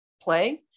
play